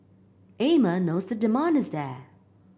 Amer knows the demand is there